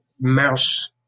mouse